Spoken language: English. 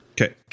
okay